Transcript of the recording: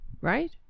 Right